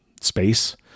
space